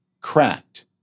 cracked